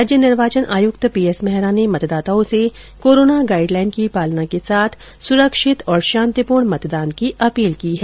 राज्य निर्वाचन आयुक्त पीएस मेहरा ने मतदाताओं से कोरोना गाइडलाइन की पालना के साथ सुरक्षित और शांतिपूर्ण मतदान की अपील की है